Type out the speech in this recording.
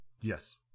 Yes